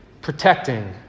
Protecting